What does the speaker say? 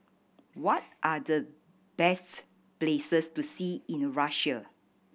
what are the best places to see in Russia